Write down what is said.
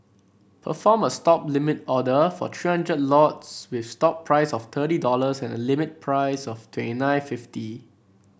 perform a Stop limit order for three hundred lots with stop price of thirty dollars and limit price of twenty nine fifty